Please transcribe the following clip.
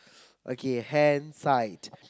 okay hen fight